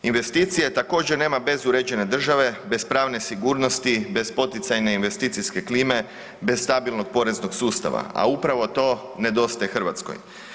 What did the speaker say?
Investicije također nema bez uređene države, bez pravne sigurnosti, bez poticajne investicijske klime, bez stabilnog poreznog sustava, a upravo to nedostaje Hrvatskoj.